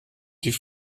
die